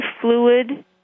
fluid